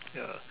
ya